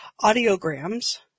audiograms